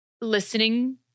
listening